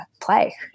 play